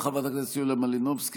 תודה רבה, חברת הכנסת יוליה מלינובסקי.